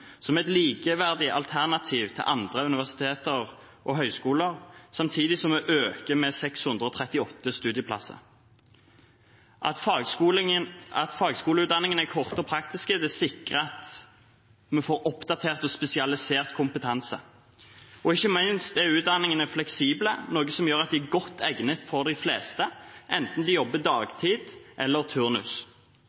som et likeverdig alternativ til universiteter og høyskoler, samtidig som vi øker med 638 studieplasser. At fagskoleutdanningene er korte og praktiske, sikrer at vi får oppdatert og spesialisert kompetanse. Ikke minst er utdanningene fleksible, noe som gjør at de er godt egnet for de fleste, enten de jobber